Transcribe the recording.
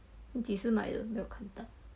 你几时买的没有看到